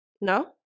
No